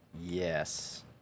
yes